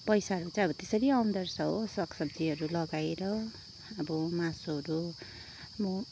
पैसाहरू चाहिँ अब त्यसरी आउँदोरहेछ हो सागसब्जीहरू लगाएर अब मासुहरू म